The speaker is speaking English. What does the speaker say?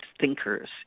thinkers